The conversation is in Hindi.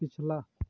पिछला